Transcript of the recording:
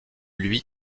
lui